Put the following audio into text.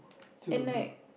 siao liao bro